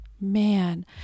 Man